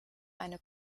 eine